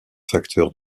facteur